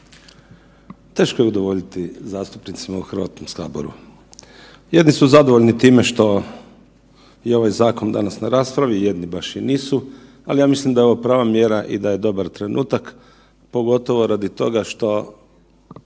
Teško je udovoljiti zastupnicima u HS-u. Jedni su zadovoljni time što je ovaj zakon danas na raspravi, jedni baš i nisu, ali ja mislim da je ovo prava mjera i da je dobar trenutak, pogotovo radi toga što